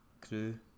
crew